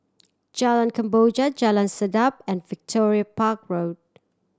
Jalan Kemboja Jalan Sedap and Victoria Park Road